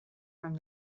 from